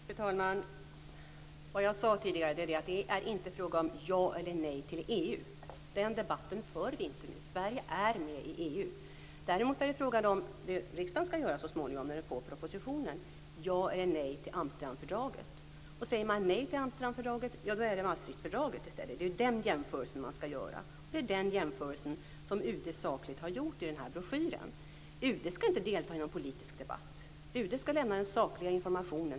Fru talman! Vad jag sade tidigare är att det inte är fråga om ja eller nej till EU. Den debatten för vi inte nu. Sverige är med i EU. Däremot är frågan vad riksdagen skall göra så småningom när den får propositionen: ja eller nej till Amsterdamfördraget. Säger man nej till det, då är det Maastrichtfördraget i stället. Det är den jämförelsen man skall göra. Det är den jämförelsen som UD sakligt har gjort i broschyren. UD skall inte delta i någon politisk debatt, UD skall lämna den sakliga informationen.